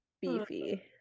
beefy